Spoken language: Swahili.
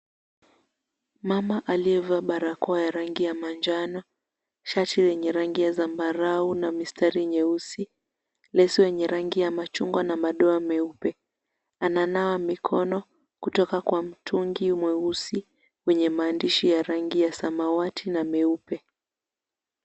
Mama aliyevaa barakoa ya rangi ya manjano, shati yenye rangi ya zambarau na mistari nyeusi, leso yenye rangi ya machungwa na madoa meupe ananawa mikono kutoka kwa mtungi mweusi wenye maandishi ya rangi ya samawati na meupe.